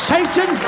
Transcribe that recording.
Satan